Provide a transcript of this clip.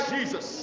Jesus